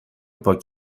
پاک